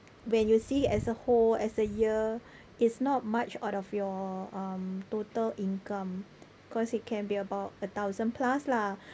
when you see it as a whole as a year it's not much out of your um total income cause it can be about a thousand plus lah